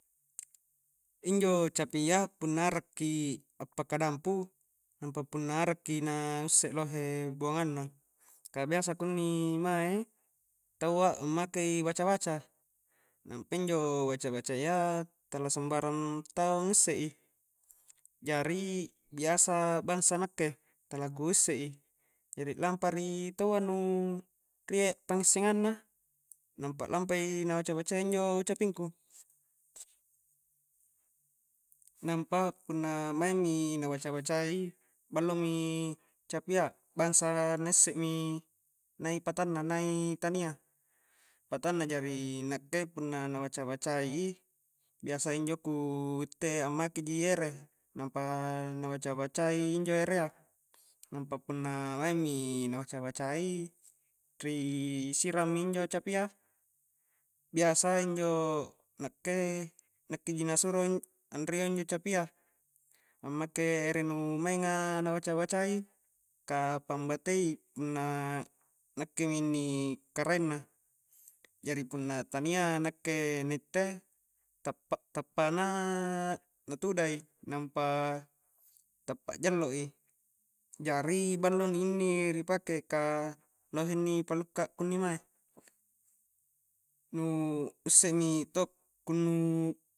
Injo capia punna arakki appaka dampu nampa punna arakki na usse lohe buangangna ka biasa kunni mae tau a ammakei baca-baca nampa injo baca-bacayya tala sumbarang tau ngusse i jari biasa bangsa nakke tala ku usse i jari lampa a ri taua nu rie pangissengang na nampa lampa na baca-bacai njo capingku nampa punna maing mi na baca-bacai ballomi capia bangsa na issemi nai patanna nai tania patanna jari nakke punna na baca-bacai i biasa injo kuutte ammake ji ere nampa na baca-bacai injo erea nampa punna maingi na baca-bacai ri sirang minjo capia biasa injo nakke-nakke ji na suro anrio injo capia ammake ere nu maingnga na baca-bacai ka pambatei punna nakke mi inni karaeng na jari punna tania nakke na itte tappa-tappana natuda i nampa tappa jallo i jari ballo ni inni ri pake ka lohe inni palukka kunni mae nu usse mi to kun